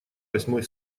восьмой